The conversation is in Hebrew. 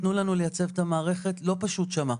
תנו לנו לייצב את המערכת, לא פשוט שם.